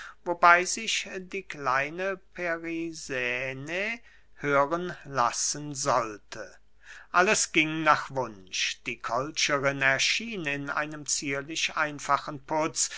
wobey sich die kleine perisäne hören lassen sollte alles ging nach wunsche die kolcherin erschien in einem zierlich einfachen putz